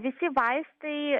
visi vaistai